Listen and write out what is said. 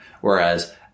Whereas